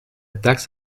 taxe